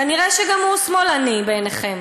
כנראה גם הוא שמאלני בעיניכם.